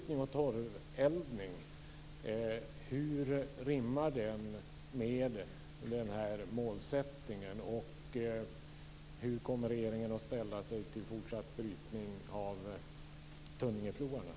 Någon annan var också inne på det.